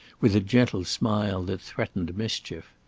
with a gentle smile that threatened mischief.